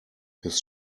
his